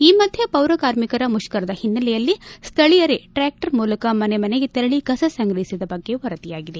ಈ ಮಧ್ಯೆ ಪೌರ ಕಾರ್ಮಿಕರ ಮುಷ್ಕರದ ಓನ್ನೆಲೆಯಲ್ಲಿ ಸ್ಥಳೀಯರೇ ಟ್ರಾಕ್ಷರ್ ಮೂಲಕ ಮನೆ ಮನೆಗೆ ತೆರಳಿ ಕಸ ಸಂಗ್ರಓಸಿದ ಬಗ್ಗೆ ವರದಿಯಾಗಿದೆ